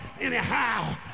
anyhow